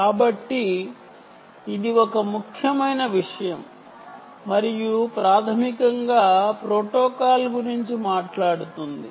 కాబట్టి ఇది ఒక ముఖ్యమైన విషయం మరియు ప్రాథమికంగా ప్రోటోకాల్ గురించి మాట్లాడుతుంది